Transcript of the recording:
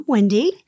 Wendy